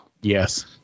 Yes